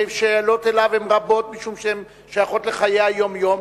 שהשאלות אליו הן רבות משום שהן שייכות לחיי היום-יום,